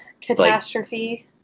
catastrophe